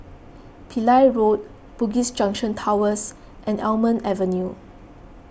Pillai Road Bugis Junction Towers and Almond Avenue